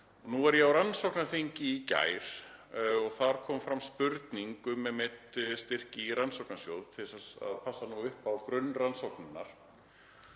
Nú var ég á Rannsóknaþingi í gær og þar kom fram spurning um styrki í Rannsóknasjóð til að passa upp á grunnrannsóknirnar.